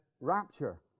rapture